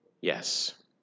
Yes